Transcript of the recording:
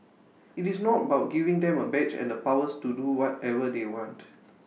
IT is not about giving them A badge and the powers to do whatever they want